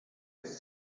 ist